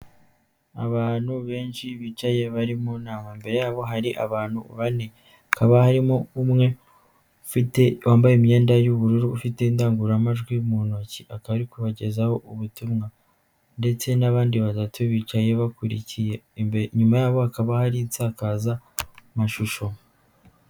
Abantu benshi bicaye barimo naga yabo hari abantu banekaba, harimo umwe ufite wambaye imyenda y'ubururu ufite indangururamajwi mu ntoki akaba ari kubagezaho ubutumwa, ndetse n'abandi batatu bicaye bakurikiye nyuma yabo hakaba hari insakaza amashusho.